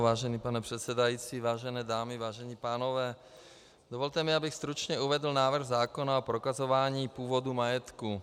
Vážený pane předsedající, vážené dámy, vážení pánové, dovolte mi, abych stručně uvedl návrh zákona o prokazování původu majetku.